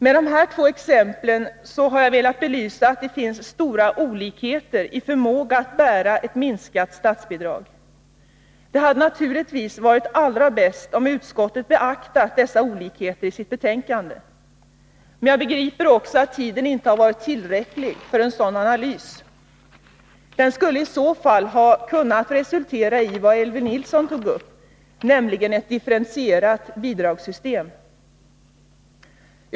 Med de här två exemplen har jag velat belysa att det finns stora olikheter i förmåga att bära ett minskat statsbidrag. Det hade naturligtvis varit allra bäst om utskottet beaktat dessa olikheter i sitt betänkande. Men jag begriper också att tiden inte har varit tillräcklig för en sådan analys. Den skulle i så fall ha kunnat resultera i vad Elvy Nilsson tog upp, nämligen ett differentierat bidragssystem.